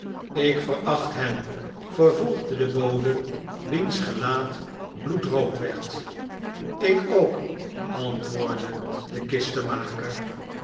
ik veracht hen vervolgde de bode wiens gelaat bloedrood werd lk ook antwoordde de